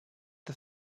the